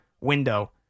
window